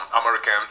American